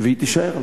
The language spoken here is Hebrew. והיא תישאר,